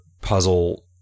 puzzle